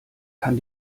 kann